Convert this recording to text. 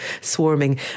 swarming